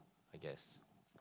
I guess